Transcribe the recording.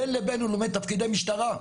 בין לבין הוא לומד תפקידי משטרה.